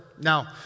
Now